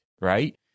Right